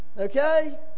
Okay